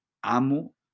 amo